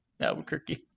Albuquerque